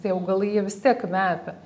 tie augalai jie vis tiek kvepia